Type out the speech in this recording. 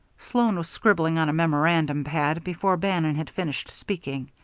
sloan was scribbling on a memorandum pad before bannon had finished speaking.